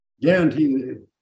guarantee